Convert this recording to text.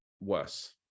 worse